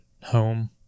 home